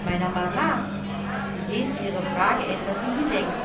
meiner mama sie dehnte ihre frage etwas in die länge